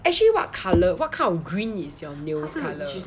actually what colour what kind of green is your nails colour